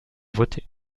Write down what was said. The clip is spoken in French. voter